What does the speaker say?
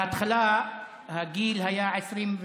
בהתחלה הגיל היה 23,